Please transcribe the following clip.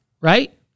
right